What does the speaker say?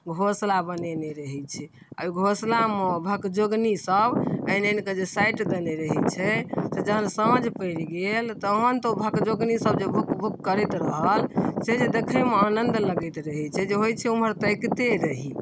घोँसला बनेने रहै छै आओर ओहि घोँसलामे भगजोगनीसब आनि आनिकऽ जे साटि देने रहै छै से जहन साँझ पड़ि गेल तहन तऽ ओ भगजोगनीसब जे भुक भुक करैत रहल से जे देखैमे आनन्द लगैत रहै छै जे होइ छै ओम्हर ताकिते रही